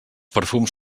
perfums